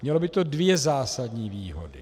Mělo by to dvě zásadní výhody.